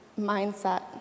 mindset